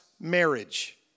marriage